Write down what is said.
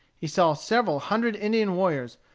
he saw several hundred indian warriors,